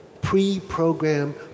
pre-program